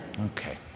Okay